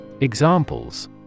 Examples